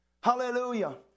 Hallelujah